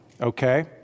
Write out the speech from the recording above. Okay